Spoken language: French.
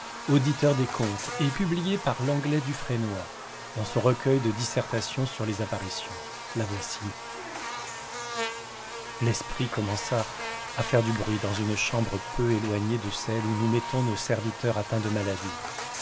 auditeur des comptes et publiée par lenglet dufresnoy dans son recueil de dissertations sur les apparitions la voici l'esprit commença à faire du bruit dans une chambre peu éloignée de celle où nous mettons nos serviteurs atteints de maladie